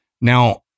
Now